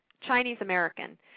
Chinese-American